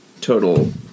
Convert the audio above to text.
total